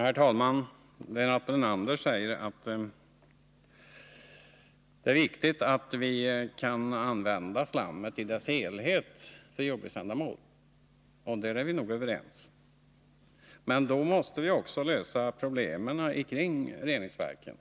Herr talman! Lennart Brunander säger att det är viktigt att vi kan använda slammet i dess helhet i jordbruket, och om detta är vi nog överens. Men då måste vi också lösa problemen när det gäller reningsverken.